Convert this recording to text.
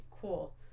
cool